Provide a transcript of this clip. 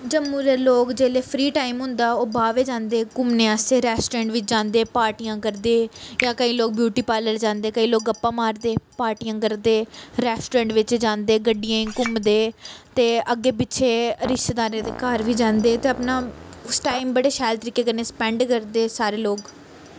जम्मू दे लोग जेल्लै फ्री टाइम होंदा ओह् बाह्बे जांदे घूमने आस्तै रैस्ट्रोरैंट बी जांदे पार्टियां बी करदे जां केईं लोक ब्यूटी पालर जंदे केईं लोक गप्पां मारदे पार्टियां करदे रैस्ट्रोरैंट बिच्च जांदे गड्डियें च घूमदे ते अग्गें पिच्छें रिश्तेदारें दे घर बी जांदे ते अपना उस टाइम बड़े शैल तरीके कन्नै स्पैंड करदे सारे लोक